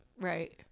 right